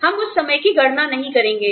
हम उस समय की गणना नहीं करेंगे